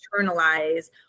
internalize